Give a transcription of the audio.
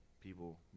people